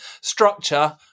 structure